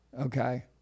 Okay